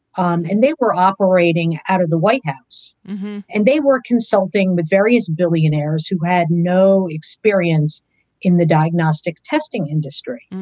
um and they were operating out of the white house and they were consulting with various billionaires who had no experience in the diagnostic testing industry.